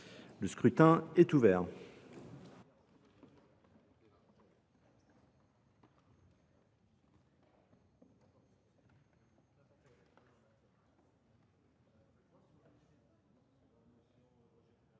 Le scrutin est ouvert.